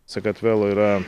sakartvelo yra